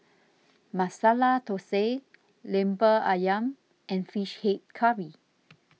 Masala Thosai Lemper Syam and Fish Head Curry